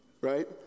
right